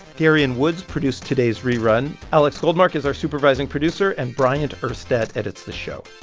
darian woods produced today's rerun. alex goldmark is our supervising producer. and bryant urstadt edits the show.